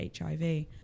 HIV